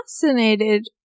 fascinated